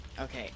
Okay